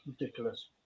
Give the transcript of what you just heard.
Ridiculous